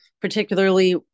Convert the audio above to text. particularly